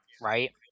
right